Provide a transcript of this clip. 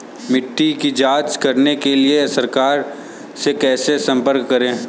मिट्टी की जांच कराने के लिए सरकार से कैसे संपर्क करें?